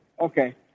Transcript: Okay